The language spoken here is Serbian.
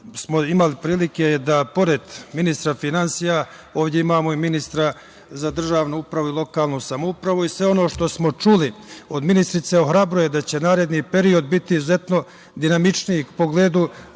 imali prilike da pored ministra finansija, ovde imamo i ministra za državnu upravu i lokalnu samoupravu. Sve ono što smo čuli od ministarke ohrabruje da će naredni period biti izuzetno dinamičniji u pogledu